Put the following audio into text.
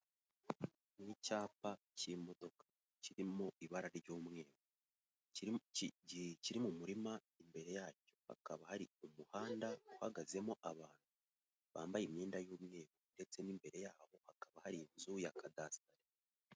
Icyapa cy'imodoka iri mu ibara ry'umweru, kiri mu murima, imbere yacyo hakaba hari umuhanda uhagazemo abantu bambaye imyenda y'umweru ndetse n'imbere yaho hakaba hari inzu ya kadasiteri.